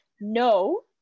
no